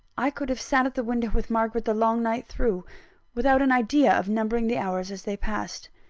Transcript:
i could have sat at the window with margaret the long night through without an idea of numbering the hours as they passed.